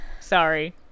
Sorry